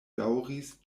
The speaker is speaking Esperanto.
daŭris